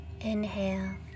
Inhale